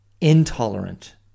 intolerant